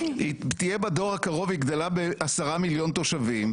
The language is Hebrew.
בדור הקרוב היא גדלה מ-10 מיליון תושבים,